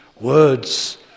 words